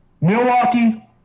Milwaukee